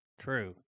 true